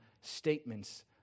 statements